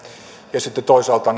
ja sitten toisaalta